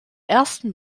ersten